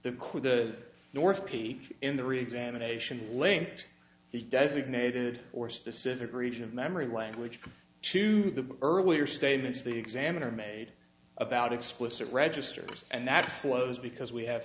quote the north peak in the reexamination linked the designated or specific region of memory language to the earlier statements the examiner made about explicit registers and that follows because we have